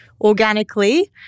organically